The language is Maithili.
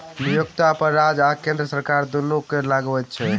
नियोक्ता पर राज्य आ केंद्र सरकार दुनू कर लगबैत अछि